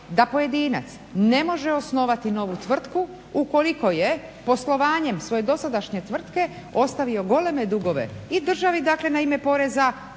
da pojedinac ne može osnovati novu tvrtku ukoliko je poslovanjem svoje dosadašnje tvrtke ostavio goleme dugove i državi na ime poreza,